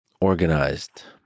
organized